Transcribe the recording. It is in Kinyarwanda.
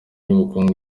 n’ubukungu